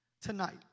tonight